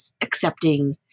accepting